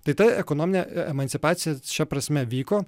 tai ta ekonominė emancipacija šia prasme vyko